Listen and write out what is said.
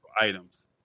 items